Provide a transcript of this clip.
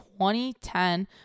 2010